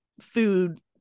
food